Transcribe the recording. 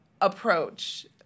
approach